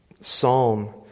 psalm